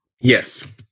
Yes